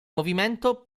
movimento